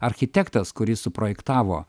architektas kuris suprojektavo